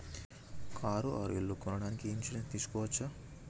Car or ఇల్లు కొనడానికి insurance తీస్కోవచ్చా?